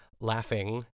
laughing